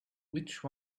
which